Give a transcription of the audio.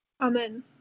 Amen